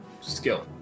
skill